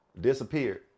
disappeared